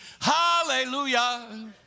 Hallelujah